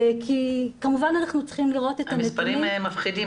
כי כמובן אנחנו צריכים לראות את הנתונים --- המספרים מפחידים,